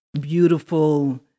beautiful